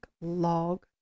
log